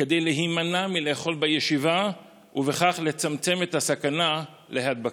כדי להימנע מלאכול בישיבה ובכך לצמצם את הסכנה להדבקה.